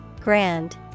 Grand